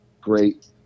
great